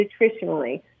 nutritionally